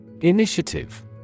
Initiative